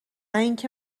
اینکه